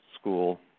school